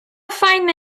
файна